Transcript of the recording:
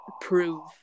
prove